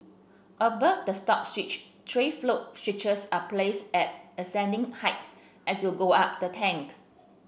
above the stop switch three float switches are placed at ascending heights as you go up the tank